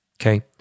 Okay